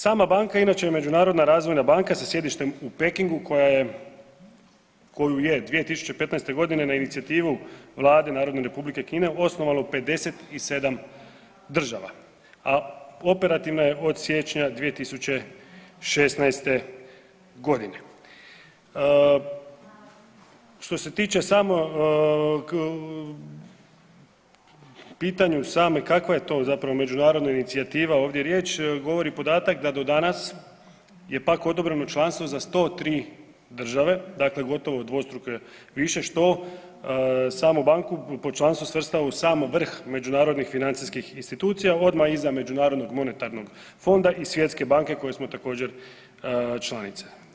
Sama banka inače je međunarodna razvojna banka sa sjedištem u Pekingu koju je 2015.g. na inicijativu vlade Narodne republike Kine osnovalo 57 država, a operativna je od siječnja 2016.g. Što se tiče samog, pitanju same kakva je to zapravo međunarodna inicijativa ovdje riječ govori podatak da do danas je pak odobreno članstvo za 103 države, dakle gotovo dvostruko više, što samu banku po članstvu svrstava u sam vrh međunarodnih financijskih institucija, odmah iza Međunarodnog monetarnog fonda i Svjetske banke koje smo također članice.